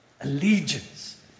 allegiance